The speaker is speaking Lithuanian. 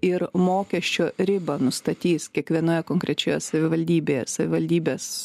ir mokesčio ribą nustatys kiekvienoje konkrečioje savivaldybėje savivaldybės